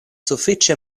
sufiĉe